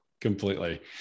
completely